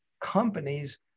companies